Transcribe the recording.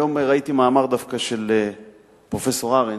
היום ראיתי מאמר דווקא של פרופסור ארנס,